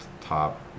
top